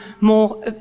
more